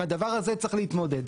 עם הדבר הזה אנחנו נאלצים להתמודד.